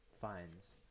finds